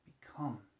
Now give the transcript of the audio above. become